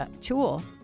tool